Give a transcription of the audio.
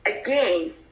again